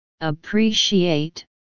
Appreciate